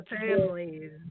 families